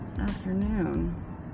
afternoon